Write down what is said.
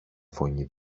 φωνή